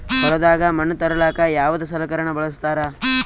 ಹೊಲದಾಗ ಮಣ್ ತರಲಾಕ ಯಾವದ ಸಲಕರಣ ಬಳಸತಾರ?